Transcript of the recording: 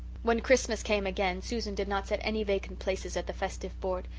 when christmas came again susan did not set any vacant places at the festive board.